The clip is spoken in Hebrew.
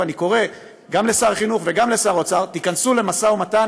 ואני קורא גם לשר החינוך וגם לשר האוצר: תיכנסו למשא ומתן